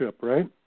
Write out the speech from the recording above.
right